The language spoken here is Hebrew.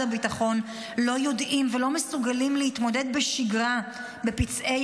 הביטחון לא יודעים ולא מסוגלים להתמודד בשגרה בפצעי